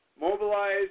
mobilize